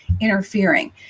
interfering